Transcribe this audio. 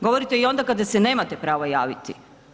Govorite i onda kada se nemate pravo javiti.